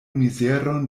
mizeron